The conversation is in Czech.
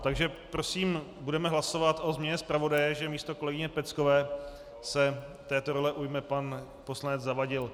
Takže prosím, budeme hlasovat o změně zpravodaje, že místo kolegyně Peckové se této role ujme pan poslanec Zavadil.